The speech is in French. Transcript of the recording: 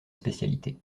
spécialité